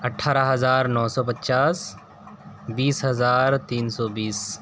اٹھارہ ہزار نو سو پچاس بیس ہزار تین سو بیس